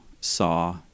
saw